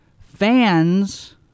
fans